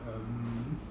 um